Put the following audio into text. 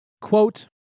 Quote